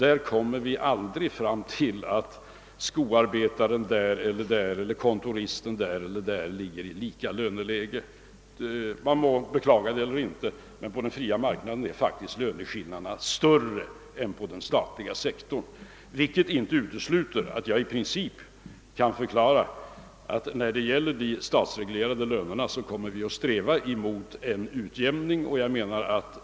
Därför uppnår vi aldrig ett läge där skoarbetaren eller kontoristen på olika orter befinner sig i lika löneläge. Man må beklaga det eller inte, men på den fria marknaden är faktiskt löneskillnaderna större än inom den statliga sektorn. Detta utesluter emellertid inte att jag i princip kan förklara att vi när det gäller de statliga lönerna kommer att sträva mot en utjämning.